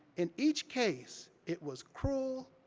in each case, it was cruel,